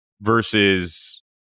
versus